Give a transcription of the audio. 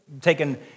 taken